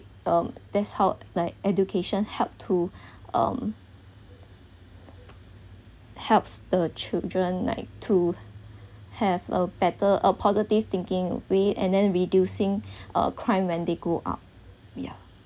um that's how like education helped to um helps the children like to have a better a positive thinking way and then reducing uh crime when they grow up ya